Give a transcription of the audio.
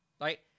Right